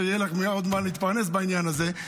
שיהיה לך עוד ממה להתפרנס בעניין הזה.